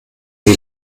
sie